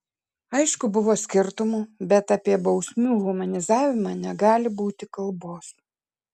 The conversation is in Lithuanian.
aišku buvo skirtumų bet apie bausmių humanizavimą negali būti kalbos